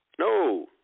no